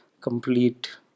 complete